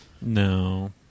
No